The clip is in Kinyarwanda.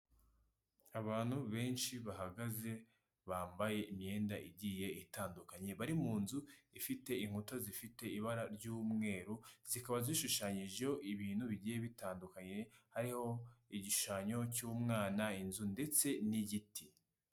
Abantu benshi bahagaze, bambaye imyenda igiye itandukanye, bari mu nzu ifite inkuta zifite ibara ry'umweru, zikaba zishushanyijeho ibintu bigiye bitandukanye, hariho igishushanyo cy'umwana, inzu ndetse n'igiti.